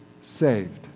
saved